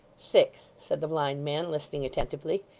six, said the blind man, listening attentively.